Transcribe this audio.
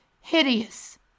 hideous